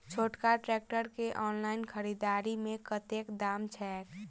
छोटका ट्रैक्टर केँ ऑनलाइन खरीददारी मे कतेक दाम छैक?